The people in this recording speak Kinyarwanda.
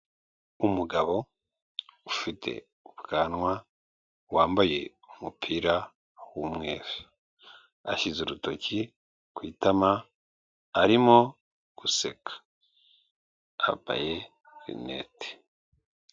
Umugabo ufite ubwanwa, wambaye umupira w'umweru, ashyize urutoki ku itama arimo guseka, yambaye linete.